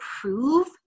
prove